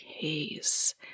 case